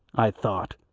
i thought,